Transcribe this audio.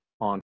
on